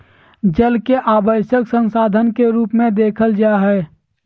जल के आवश्यक संसाधन के रूप में देखल जा हइ